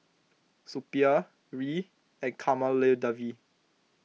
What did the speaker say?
Suppiah Hri and Kamaladevi